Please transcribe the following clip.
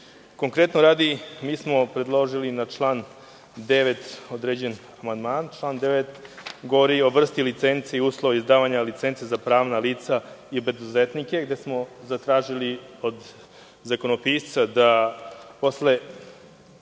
materiju. Konkretno, mi smo predložili na član 9. određen amandman. Član 9. govori o vrsti licinci i uslovima izdavanja licenci za pravna lica i preduzetnike, gde smo zatražili od zakonopisca da posle